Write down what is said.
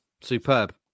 Superb